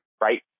Right